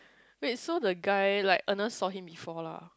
wait so the guy like Ernest saw him before lah